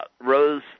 Rose